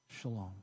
shalom